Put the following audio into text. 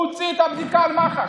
הוא הוציא את הבדיקה על מח"ש.